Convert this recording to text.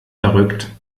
verrückt